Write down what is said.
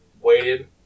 waited